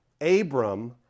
Abram